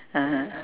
(uh huh)